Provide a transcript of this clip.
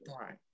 Right